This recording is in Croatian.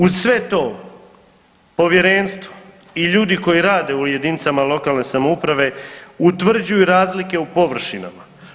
Uz sve to povjerenstvo i ljudi koji rade u jedinicama lokalne samouprave utvrđuju razlike u površinama.